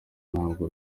ntabwo